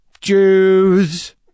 Jews